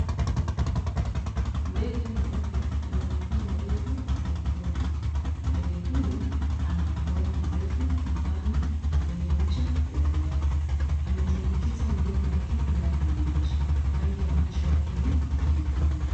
Ndege mweupe mwenye miguu mirefu nyekundu. Ndege huyu ana mdomo mrefu mpana wenye ncha ya duara, amatumbukiza mdomo wake ndani ya maji, rangi ya macho yake ni nyekundu.